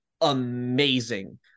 amazing